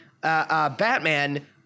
Batman